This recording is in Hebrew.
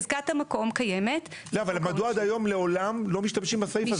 חזקת המקום קיימת ----- לעולם לא משמשים בסעיף הזה?